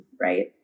Right